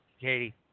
Katie